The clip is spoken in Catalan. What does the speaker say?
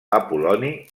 apol·loni